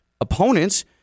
opponents